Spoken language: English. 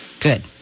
Good